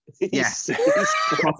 Yes